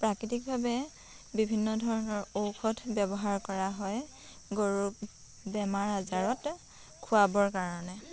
প্ৰাকৃতিকভাৱে বিভিন্ন ধৰণৰ ঔষধ ব্যৱহাৰ কৰা হয় গৰুৰ বেমাৰ আজাৰত খুৱাবৰ কাৰণে